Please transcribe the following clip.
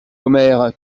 omer